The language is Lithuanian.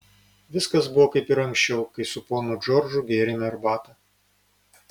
viskas buvo kaip ir anksčiau kai su ponu džordžu gėrėme arbatą